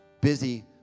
busy